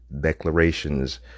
declarations